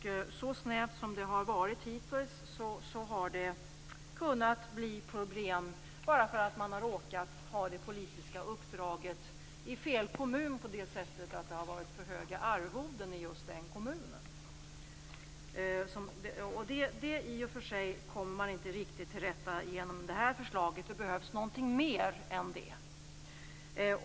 Så snäva som reglerna har varit hittills har det kunnat bli problem bara för att den förtidspensionerade har råkat ha det politiska uppdraget i fel kommun så till vida att det har varit för höga arvoden i just den kommunen. Det kommer man i och för sig inte riktig till rätta med genom detta förslag. Det behövs någonting mer än det.